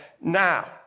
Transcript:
Now